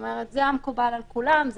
זה היה מקובל כל כולם,